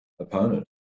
opponent